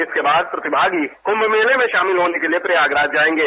इसके बाद प्रतिभागी कुंभ मेले में शामिल होने के लिए प्रयागराज जाएंगे